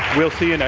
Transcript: we'll see and